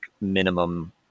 minimum